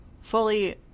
Fully